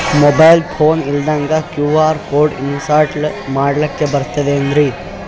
Mobile phone ಇಲ್ದಂಗ QR code install ಮಾಡ್ಲಕ ಬರ್ತದೇನ್ರಿ?